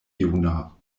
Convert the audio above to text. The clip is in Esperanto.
juna